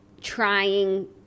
trying